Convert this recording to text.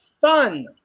fun